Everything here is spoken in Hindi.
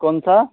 कौन सा